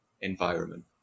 environment